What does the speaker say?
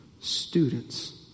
students